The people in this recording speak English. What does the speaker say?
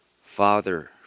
Father